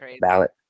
ballot